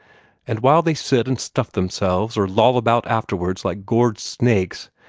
and while they sit and stuff themselves, or loll about afterward like gorged snakes,